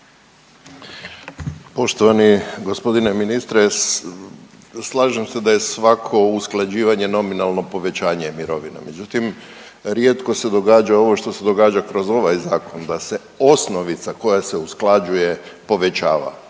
Poštovani g. ministre, slažem se da je svako usklađivanje nominalno povećanje mirovina, međutim rijetko se događa ovo što se događa kroz ovaj zakon da se osnovica koja se usklađuje povećava,